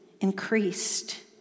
increased